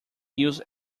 use